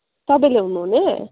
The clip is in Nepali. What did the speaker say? तपाईँ ल्याउनुहुने